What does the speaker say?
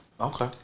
Okay